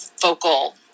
vocal